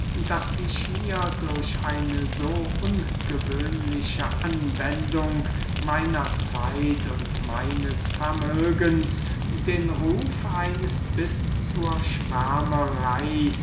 daß ich mir durch eine so ungewöhnliche anwendung meiner zeit und meines vermögens den ruf eines bis zur